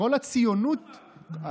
אז הצביעות הזאת נגמרה.